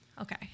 Okay